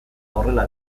horrela